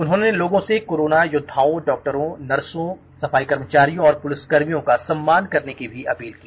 उन्होंने लोगों से कोरोना योद्वाओं डॉक्टरों नर्सो सफाई कर्मचारियों और पुलिसकर्मियों का सम्मान करने की भी अपील की